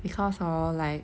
because hor like